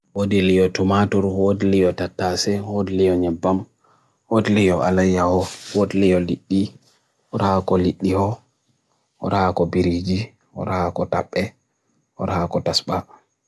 hodilio tomatur, hodilio tatase, hodilio nyembam, hodilio alaiya ho, hodilio liti, hora ko liti ho, hora ko biriji, hora ko tap'e, hora ko taspa.